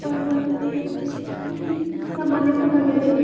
ꯍꯣꯏ ꯍꯣꯏ ꯎꯝ ꯊꯝꯃꯒꯦ ꯊꯝꯃꯒꯦ ꯑꯗꯨꯗꯤ